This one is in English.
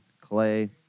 Clay